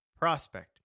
prospect